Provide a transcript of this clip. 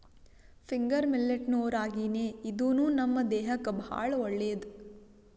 finger millet ನು ರಾಗಿನೇ ಇದೂನು ನಮ್ ದೇಹಕ್ಕ್ ಭಾಳ್ ಒಳ್ಳೇದ್